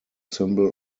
symbol